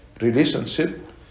relationship